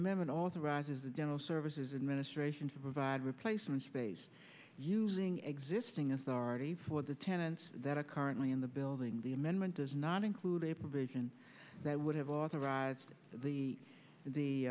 amendment authorizes the general services administration to provide replacement space using existing authority for the tenants that are currently in the building the amendment does not include a provision that would have authorized the the